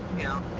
yeah,